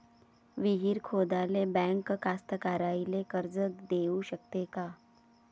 विहीर खोदाले बँक कास्तकाराइले कर्ज देऊ शकते का?